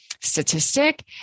statistic